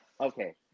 Okay